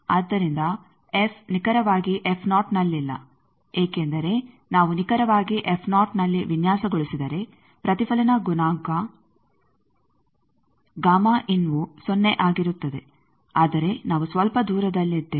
ಆದ್ದರಿಂದ ಎಫ್ ನಿಖರವಾಗಿ ನಲ್ಲಿಲ್ಲ ಏಕೆಂದರೆ ನಾವು ನಿಖರವಾಗಿ ನಲ್ಲಿ ವಿನ್ಯಾಸಗೊಳಿಸಿದರೆ ಪ್ರತಿಫಲನ ಗುಣಾಂಕ ವು ಸೊನ್ನೆ ಆಗಿರುತ್ತದೆ ಆದರೆ ನಾವು ಸ್ವಲ್ಪ ದೂರದಲ್ಲಿದ್ದೇವೆ